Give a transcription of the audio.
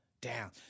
down